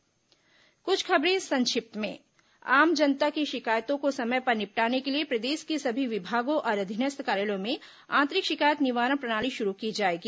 संक्षिप्त समाचार अब कुछ अन्य खबरें संक्षिप्त में आम जनता की षिकायतों को समय पर निपटाने के लिए प्रदेष के सभी विभागों और अधीनस्थ कार्यालयों में आंतरिक षिकायत निवारण प्रणाली शुरू की जाएगी